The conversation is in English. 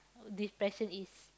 depression is